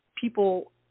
people